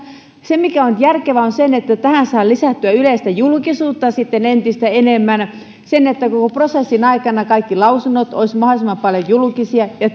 se mikä on järkevää on se että tähän saadaan lisättyä yleistä julkisuutta entistä enemmän se että koko prosessin aikana kaikki lausunnot olisivat mahdollisimman paljon julkisia ja